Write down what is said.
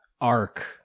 arc